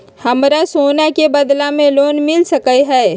हमरा सोना के बदला में लोन मिल सकलक ह?